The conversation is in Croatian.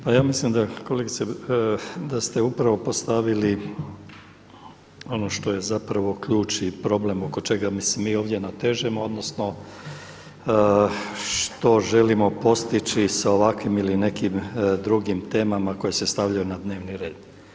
Pa ja mislim kolegice da ste upravo postavili ono što je zapravo ključ i problem oko čega se mi ovdje natežemo odnosno što želimo postići sa ovakvim ili nekim drugim temama koje se stavljaju na dnevni red.